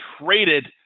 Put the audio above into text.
traded